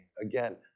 Again